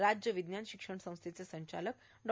तर राज्य विज्ञान शिक्षण संस्थेचे संचालक डॉ